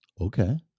Okay